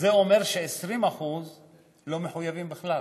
וזה אומר ש-20% לא מחויבים בכלל.